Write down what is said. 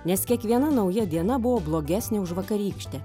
nes kiekviena nauja diena buvo blogesnė už vakarykštę